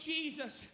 Jesus